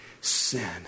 sin